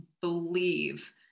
believe